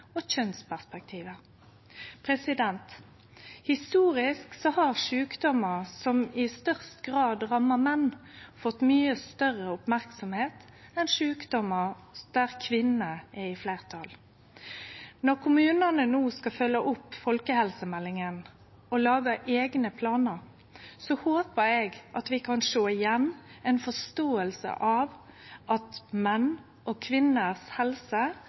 og kjønnsperspektivet. Historisk har sjukdommar som i størst grad rammar menn, fått mykje større merksemd enn sjukdommar der kvinner er i fleirtal. Når kommunane no skal følgje opp folkehelsemeldinga og lage eigne planar, håpar eg at vi kan sjå igjen ei forståing av at menn og kvinners helse